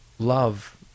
Love